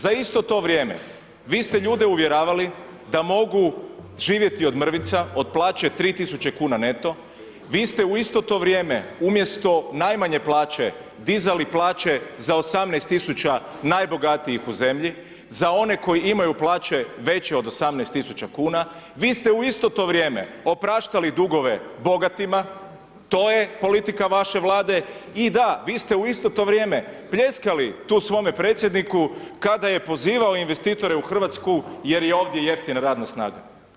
Za isto to vrijeme, vi ste ljude uvjeravali da mogu živjeti od mrvica, od plaće 3000 kn neto, vi ste u isto to vrijeme umjesto najmanje plaće dizali plaće za 18 000 najbogatijih u zemlji, za one koji imaju plaće veće od 18 000 kuna, vi ste u isto to vrijeme opraštali dugove bogatima, to je politika vaše Vlade i da, vi ste u isto to vrijeme pljeskali tu svome predsjedniku kada je pozivao investitore u Hrvatsku jer je ovdje jeftina radna snaga.